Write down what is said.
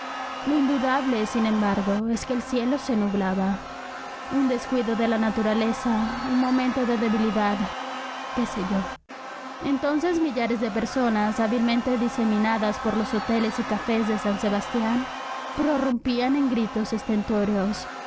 lo indudable sin embargo es que el cielo se nublaba un descuido de la naturaleza un momento de debilidad qué sé yo entonces millares de personas hábilmente diseminadas por los hoteles y cafés de san sebastián prorrumpían en gritos